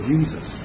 Jesus